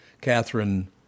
Catherine